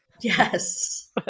Yes